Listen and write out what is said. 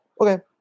okay